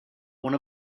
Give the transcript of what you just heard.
one